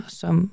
som